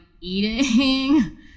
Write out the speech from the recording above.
eating